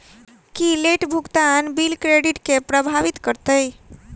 की late भुगतान bill credit केँ प्रभावित करतै?